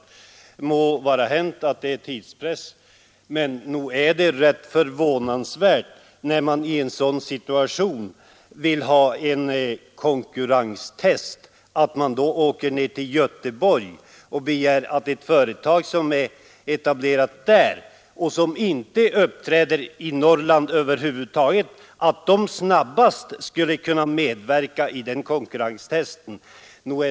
Det må vara hänt att det är tidspress, men nog är det rätt förvånansvärt, när man i en sådan situation vill ha en konkurrens, att man åker ned till Göteborg och tror att ett företag, som är etablerat där och som inte uppträder i Norrland över huvud taget, snabbast skall kunna medverka i detta konkurrenstest.